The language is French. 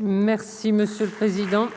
La parole